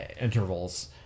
intervals